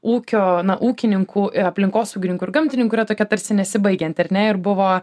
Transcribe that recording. ūkio ūkininkų aplinkosaugininkų ir gamtininkų yra tokia tarsi nesibaigianti ar ne ir buvo